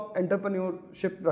entrepreneurship